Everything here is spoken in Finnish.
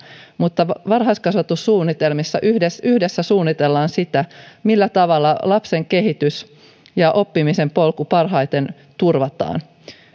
mutta varhaiskasvatussuunnitelmissa yhdessä yhdessä suunnitellaan sitä millä tavalla lapsen kehitys ja oppimisen polku parhaiten turvataan